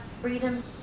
freedom